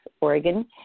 Oregon